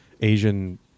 Asian